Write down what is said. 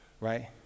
right